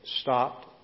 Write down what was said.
stopped